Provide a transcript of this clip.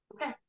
okay